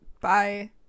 Bye